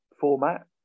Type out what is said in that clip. format